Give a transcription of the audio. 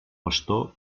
bastó